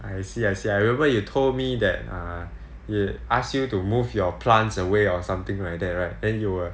I see I see I remember you told me that err he ask you to move your plants away or something like that right then you were